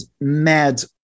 mad